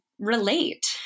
Relate